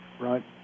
Right